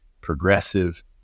progressive